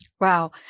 Wow